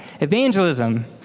Evangelism